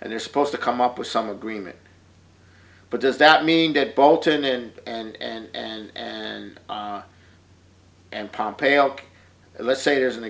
and they're supposed to come up with some agreement but does that mean that bolton and and and and pompei uk let's say there's an